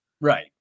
Right